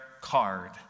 card